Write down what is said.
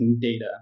data